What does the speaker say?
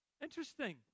Interesting